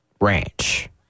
ranch